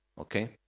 Okay